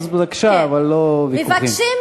אז בבקשה, אבל לא לנהל